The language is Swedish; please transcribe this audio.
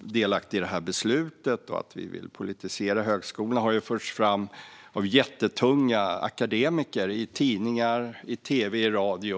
delaktiga i beslutet och att vi vill politisera högskolorna. Det har förts fram av jättetunga akademiker i tidningar, i tv och i radio.